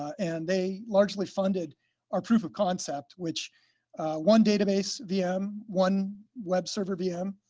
and they largely funded our proof of concept, which one database, vm, one web server, vm,